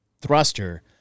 thruster